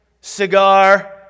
cigar